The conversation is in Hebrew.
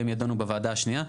והם ידונו בוועדה השנייה.